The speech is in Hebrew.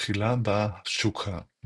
תחילה באה התשוקה,